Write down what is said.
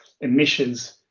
emissions